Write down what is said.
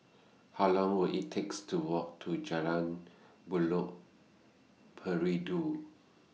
How Long Will IT takes to Walk to Jalan Buloh Perindu